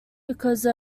because